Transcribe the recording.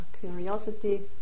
curiosity